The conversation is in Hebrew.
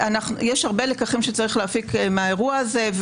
יש הרבה לקחים שצריך להפיק מהאירוע הזה,